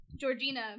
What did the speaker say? Georgina